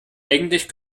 eigentlich